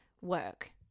work